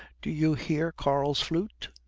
do you hear karl's flute?